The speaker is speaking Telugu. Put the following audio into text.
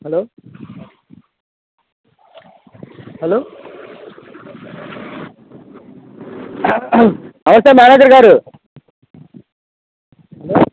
హలో హలో నమస్తే మేనేజర్గారు హలో